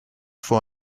for